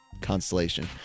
constellation